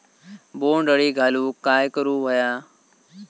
बोंड अळी घालवूक काय करू व्हया?